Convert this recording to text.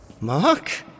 Mark